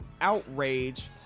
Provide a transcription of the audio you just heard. outrage